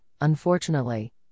unfortunately